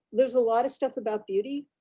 there's a lot of stuff about beauty,